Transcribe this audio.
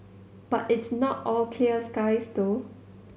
but it's not all clear skies though